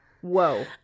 whoa